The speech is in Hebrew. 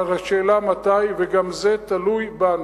אבל השאלה מתי, וגם זה תלוי בנו.